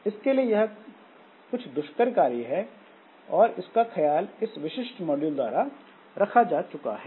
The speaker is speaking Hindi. इसलिए यह कुछ दुष्कर कार्य है और इसका ख्याल इस विशिष्ट मॉड्यूल द्वारा रखा जा चुका है